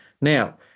Now